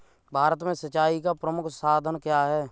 भारत में सिंचाई का प्रमुख साधन क्या है?